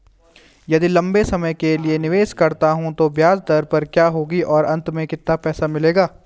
यदि लंबे समय के लिए निवेश करता हूँ तो ब्याज दर क्या होगी और अंत में कितना पैसा मिलेगा?